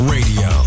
Radio